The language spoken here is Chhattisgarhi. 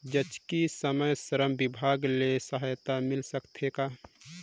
जचकी समय श्रम विभाग ले सहायता मिल सकथे का?